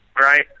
Right